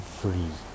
free